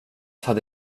hade